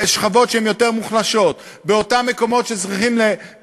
כמו תלמידים בבתי-ספר שמקבלים